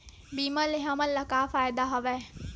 बीमा ले हमला का फ़ायदा हवय?